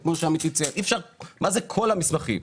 מה זה כל המסמכים?